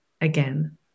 again